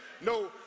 no